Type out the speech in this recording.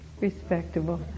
respectable